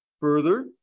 Further